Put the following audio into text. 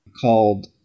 called